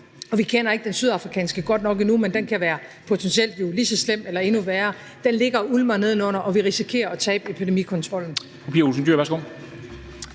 og vi kender ikke den sydafrikanske godt nok endnu, men den kan jo potentielt være lige så slem eller endnu værre – ligger og ulmer nedenunder, og vi risikerer at tabe epidemikontrollen.